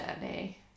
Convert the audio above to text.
journey